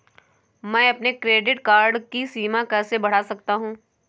मैं अपने credit card की सीमा कैसे बढ़ा सकता हूँ?